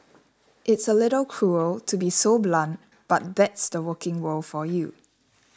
it's a little cruel to be so blunt but that's the working world for you